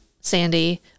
Sandy